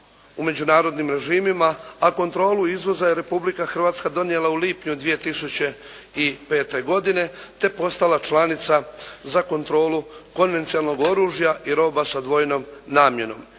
u međunarodnim režimima, a kontrolu izvoza je Republika Hrvatska donijela u lipnju 2005. godine te postala članica za kontrolu konvencionalnog oružja i roba sa dvojnom namjenom